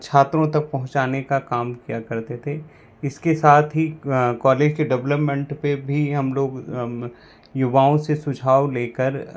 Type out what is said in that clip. छात्रों तक पहुँचाने का काम किया करते थे इसके साथ ही कॉलेज के डेवलपमेंट पे भी हम लोग युवाओं से सुझाव लेकर